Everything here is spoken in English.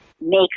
make